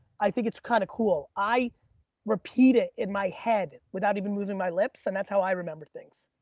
i think it's kind of cool. i repeat it in my head without even moving my lips and that's how i remember things.